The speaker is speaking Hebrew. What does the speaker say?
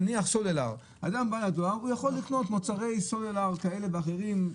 נניח מוצרי סלולר כאלה ואחרים,